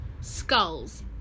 skulls